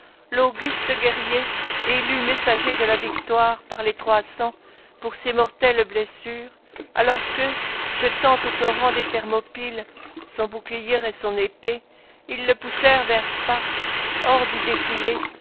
l'auguste guerrier élu messager de la victoire par les trois cents pour ses mortelles blessures alors que jetant aux torrents des thermopyles son bouclier et son épée ils le poussèrent vers sparte hors du défilé